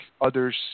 others